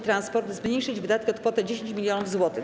Transport zmniejszyć wydatki o kwotę 10 mln zł.